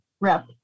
rep